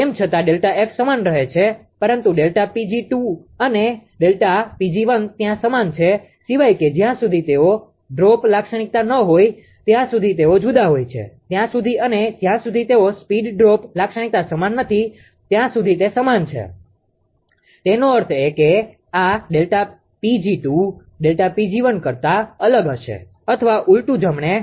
તેમ છતાં Δ𝐹 સમાન રહે છે પરંતુ Δ 𝑃𝑔2 અને Δ 𝑃𝑔1 ત્યાં સમાન છે સિવાય કે જ્યાં સુધી તેઓ ડ્રૂપ લાક્ષણિકતા ન હોય ત્યાં સુધી તેઓ જુદા હોય છે ત્યાં સુધી અને જ્યાં સુધી તેઓ સ્પીડ ડ્રોપ લાક્ષણિકતા સમાન નથી ત્યાં સુધી તે સમાન છે તેનો અર્થ એ કે આ Δ 𝑃𝑔2 Δ𝑃𝑔1 કરતા અલગ હશે અથવા ઉલટું જમણે